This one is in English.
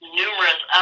numerous